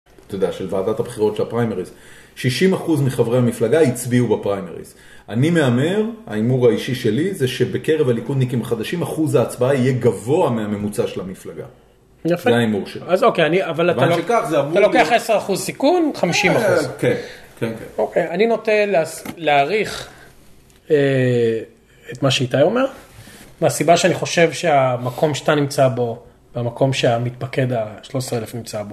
אתה יודע, של ועדת הבחירות של הפריימריס, 60% מחברי המפלגה הצביעו בפריימריס. אני מהמר, ההימור האישי שלי זה שבקרב הליכודניקים החדשים, אחוז ההצבעה יהיה גבוה מהממוצע של המפלגה. זה ההימור שלי. אז אוקיי, אבל אתה לוקח 10% סיכון, 50%. כן, כן. אוקיי, אני נוטה להעריך את מה שאיתי אומר, מהסיבה שאני חושב שהמקום שאתה נמצא בו, והמקום שהמתפקד ה-13,000 נמצא בו.